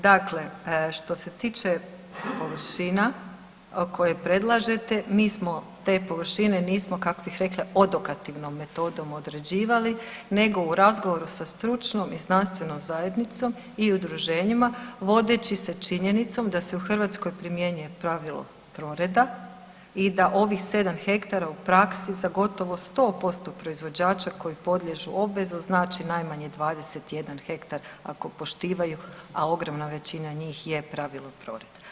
Dakle, što se tiče površina koje predlažete mi smo te površine nismo kako bih rekla odokativnom metodom određivali nego u razgovoru sa stručnom i znanstvenom zajednicom i udruženjima, vodeći se činjenicom da se u Hrvatskoj primjenjuje pravilo troreda i oda ovih sedam hektara u praksi za gotovo 100% proizvođača koji podliježu obvezu znači najmanje 21 hektar ako poštivaju, a ogromna većina njih je pravilo troreda.